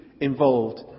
involved